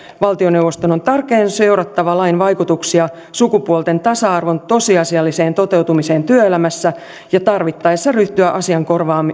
valtioneuvoston on tarkoin seurattava lain vaikutuksia sukupuolten tasa arvon tosiasialliseen toteutumiseen työelämässä ja tarvittaessa ryhdyttävä asian